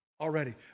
Already